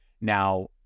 Now